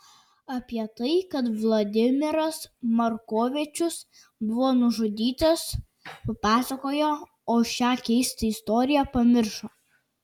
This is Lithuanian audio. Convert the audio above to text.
apie tai kad vladimiras markovičius buvo nužudytas papasakojo o šią keistą istoriją pamiršo